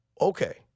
okay